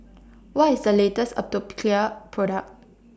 What IS The latest Atopiclair Product